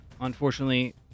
unfortunately